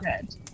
good